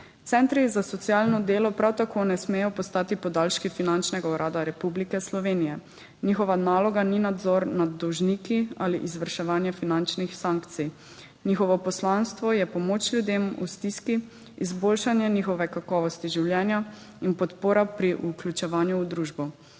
Centri za socialno delo prav tako ne smejo postati podaljški Finančnega urada Republike Slovenije. Njihova naloga ni nadzor nad dolžniki ali izvrševanje finančnih sankcij. Njihovo poslanstvo je pomoč ljudem v stiski, izboljšanje njihove kakovosti življenja in podpora pri vključevanju v družbo.